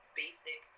basic